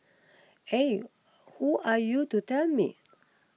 eh who are you to tell me